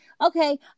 Okay